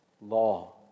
law